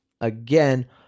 again